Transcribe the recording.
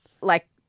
like-